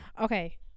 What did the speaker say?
Okay